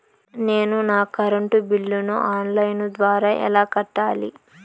నేను నా కరెంటు బిల్లును ఆన్ లైను ద్వారా ఎలా కట్టాలి?